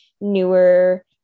newer